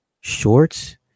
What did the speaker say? shorts